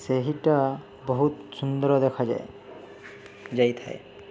ସେଇଟା ବହୁତ ସୁନ୍ଦର ଦେଖାଯାଏ ଯାଇଥାଏ